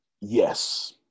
yes